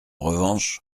revanche